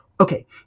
okay